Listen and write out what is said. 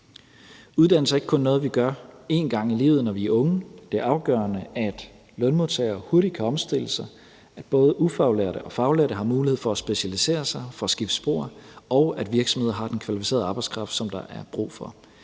Uddannelse er ikke kun noget, vi gør én gang i livet, når vi er unge. Det er afgørende, at lønmodtagere hurtigt kan omstille sig, at både ufaglærte og faglærte har mulighed for at specialisere sig og for at skifte spor, og at virksomheder har den kvalificerede arbejdskraft, som der er brug for.